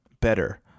better